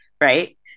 Right